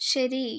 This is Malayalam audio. ശരി